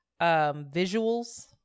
visuals